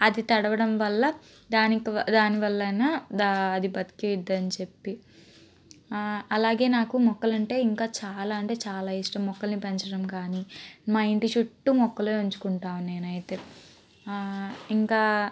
అది తడవడం వల్ల దాని ద్వా దాని వల్లనా దా అది బతికిద్దని చెప్పి అలాగే నాకు మొక్కలంటే ఇంకా చాలా అంటే చాలా ఇష్టం మొక్కలని పెంచడం కానీ మా ఇంటి చుట్టూ మొక్కలే ఉంచుకుంటాను నేనయితే ఇంకా